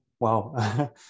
Wow